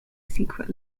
secret